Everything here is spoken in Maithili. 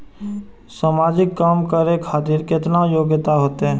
समाजिक काम करें खातिर केतना योग्यता होते?